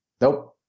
Nope